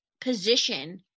position